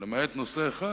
למעט נושא אחד,